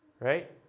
Right